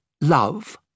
love